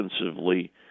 defensively